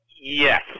Yes